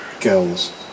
girls